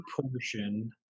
portion